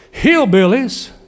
hillbillies